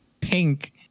pink